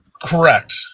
Correct